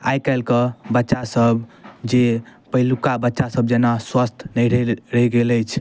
आइकाल्हिके बच्चासभ जे पहिलुका बच्चासभ जेना स्वस्थ नहि रहि गेल अछि